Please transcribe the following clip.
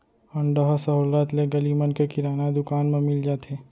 अंडा ह सहोल्लत ले गली मन के किराना दुकान म मिल जाथे